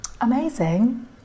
Amazing